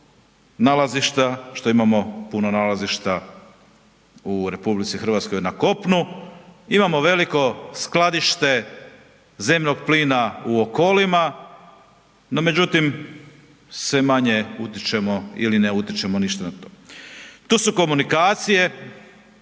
nalazišta, što imamo puno nalazišta u RH na kopnu, imamo veliko skladište zemnog plina u okolima, no međutim, sve manje utječemo ili ne utječemo ništa na to. Tu su komunikacije,